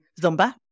Zumba